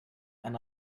and